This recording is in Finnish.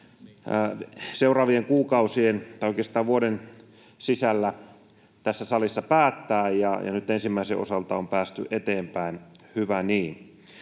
seuraavina kuukausina, tai oikeastaan vuoden sisällä, tässä salissa päättää, ja nyt ensimmäisen osalta on päästy eteenpäin, hyvä niin.